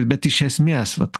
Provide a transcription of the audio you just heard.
bet iš esmės vat